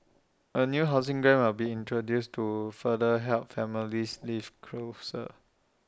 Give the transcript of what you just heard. A new housing grant are being introduced to further help families live closer